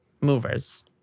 Movers